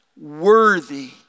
worthy